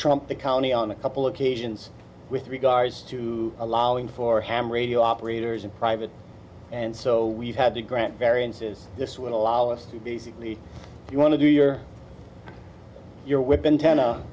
trump the county on a couple occasions with regards to allowing for ham radio operators in private and so we've had to grant variances this would allow us to basically if you want to do your your whip antenna